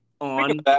On